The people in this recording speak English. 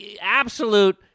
absolute